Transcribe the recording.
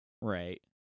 Right